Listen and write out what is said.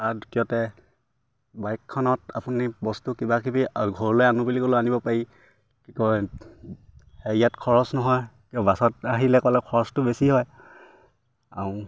আৰু দ্বিতীয়তে বাইকখনত আপুনি বস্তু কিবা কিবি ঘৰলৈ আনো বুলি ক'লে আনিব পাৰি কি কয় হেৰি ইয়াত খৰচ নহয় কিয় বাছত আহিলে ক'লে খৰচটো বেছি হয় আৰু